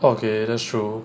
okay that's true